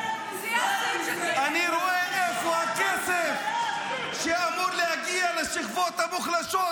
אני רואה איפה הכסף שאמור להגיע לשכבות המוחלשות,